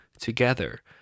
together